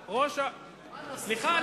סליחה,